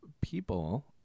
people